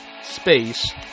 space